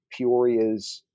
Peorias